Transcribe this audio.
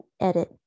Edit